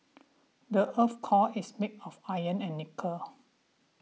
the earth's core is made of iron and nickel